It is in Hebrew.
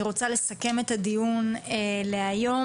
אני רוצה לסכם את הדיון להיום,